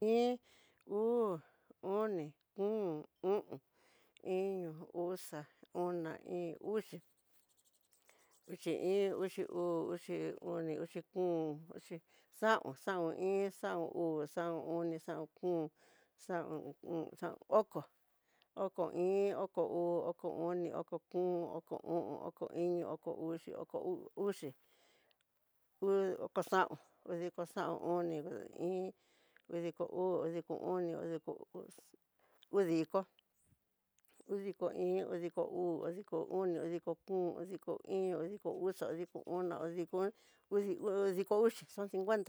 Iin, uu, oni, kom, o'on, iño, uxa, ona íín, uxi, uxi iin, uxi uu, uxi oni, oxi kom, uxi, xaon, xaon iin, xaon uu, xaon oni, xaon kom, xaon, oko, oko iin, oko uu, oko oni, oko kom, oko o'on, oko iño, oko uxi, oko uu uxi, oko xaon, udiko xaon, oni, iin, udiko uu, udiko oni, udiko ux, udiko udiko iin, udiko uu, udiko oni, udiko kom, udiko iño, udiko uxa, udiko ona, idikon, udi udiko uxi, son cincuenta.